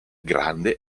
grande